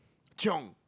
chiong